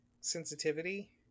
sensitivity